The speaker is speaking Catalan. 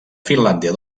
finlàndia